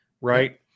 right